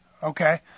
Okay